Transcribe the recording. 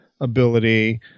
ability